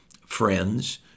friends